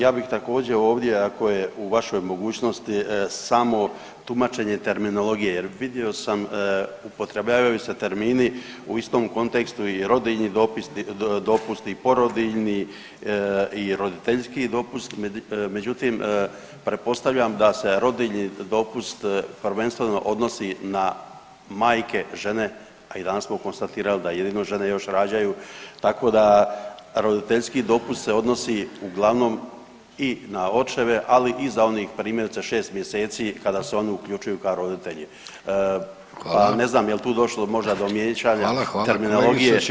Ja bih također ovdje ako je u vašoj mogućnosti samo tumačenje terminologije jer vidio sam upotrebljavaju se termini u istom kontekstu i rodiljni dopusti i porodiljni i roditeljski dopust, međutim pretpostavljam da se rodiljni dopust prvenstveno odnosi na majke, žene, a i danas smo konstatirali da jedino žene još rađaju, tako da roditeljski dopust se odnosi uglavnom i na očeve, ali i za onih primjerice 6 mjeseci kada se oni uključuju ka roditelji, pa ne znam jel tu došlo možda do miješanja terminologije